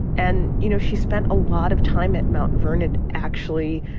and, you know, she spent a lot of time at mount vernon, actually,